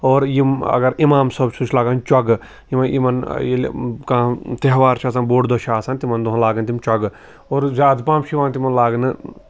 اور یِم اگر اِمام صٲب سُہ چھُ لاگان چۄگہٕ یِم یِمَن ییٚلہِ کانٛہہ تہوار چھُ آسان بوٚڈ دۄہ چھِ آسان تِمَن دۄہَن لاگَن تِم چۄگہٕ اور زیادٕ پَہَم چھِ یِوان تِمَن لاگنہٕ